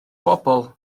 bobl